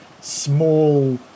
small